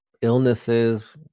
illnesses